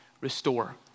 restore